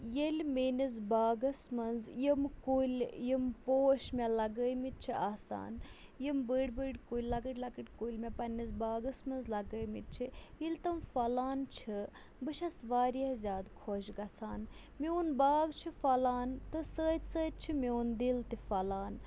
ییٚلہِ میٛٲنِس باغَس منٛز یِم کُلۍ یِم پوش مےٚ لَگٲومٕتۍ چھِ آسان یِم بٔڈۍ بٔڈۍ کُلۍ لۅکٕٹۍ لۅکٕٹۍ کُلۍ مےٚ پَنٕنِس باغَس منٛز لَگٲومٕتۍ چھِ ییٚلہِ تِم پھۄلان چھِ بہٕ چھَس واریاہ زیادٕ خۄش گژھان میٛون باغ چھُ پھۄلان تہٕ سۭتۍ سۭتۍ چھِ میٛون دِل تہِ پھۄلان